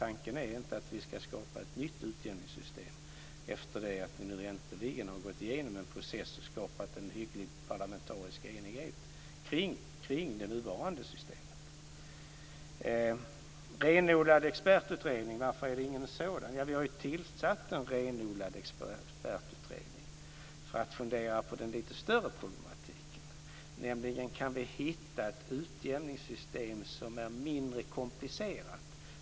Tanken är inte att vi ska skapa ett nytt utjämningssystem efter det att vi nu äntligen har gått igenom en process och skapat en hygglig parlamentarisk enighet kring det nuvarande systemet. Varför är det ingen renodlad expertutredning? Vi har ju tillsatt en renodlad expertutredning som ska fundera på den lite större problematiken, nämligen om vi kan hitta ett utjämningssystem som är mindre komplicerat.